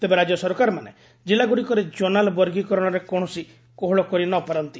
ତେବେ ରାଜ୍ୟ ସରକାରମାନେ ଜିଲ୍ଲାଗୁଡ଼ିକରେ ଜୋନାଲ୍ ବର୍ଗିକରଣରେ କୌଣସି କୋହଳ କରିନପାରନ୍ତି